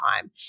time